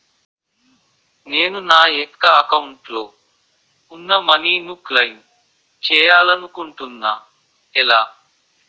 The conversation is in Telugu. నేను నా యెక్క అకౌంట్ లో ఉన్న మనీ ను క్లైమ్ చేయాలనుకుంటున్నా ఎలా?